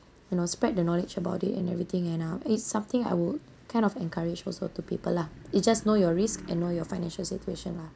you know spread the knowledge about it and everything and uh it's something I would kind of encourage also to people lah it's just know your risk and know your financial situation lah